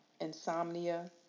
insomnia